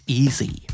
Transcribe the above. easy